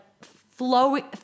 flowing